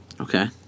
Okay